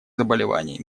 заболеваний